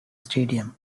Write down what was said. stadium